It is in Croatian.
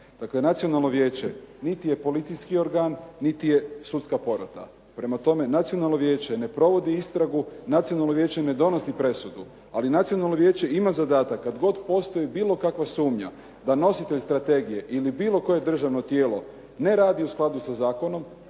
Dakle, Nacionalno vijeće niti je policijski organ, niti je sudska porota. Prema tome, Nacionalno vijeće ne provodi istragu, Nacionalno vijeće ne donosi presudu, ali Nacionalno vijeće ima zadatak kad god postoji bilo kakva sumnja da nositelj strategije ili bilo koje državno tijelo ne radi u skladu sa zakonom,